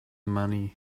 money